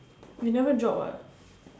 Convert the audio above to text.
you never drop [what]